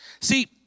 See